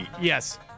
Yes